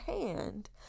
hand